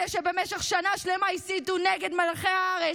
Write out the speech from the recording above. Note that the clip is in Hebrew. אלה שבמשך שנה שלמה הסיתו נגד מלח הארץ,